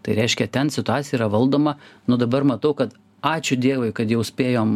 tai reiškia ten situacija yra valdoma nu dabar matau kad ačiū dievui kad jau spėjom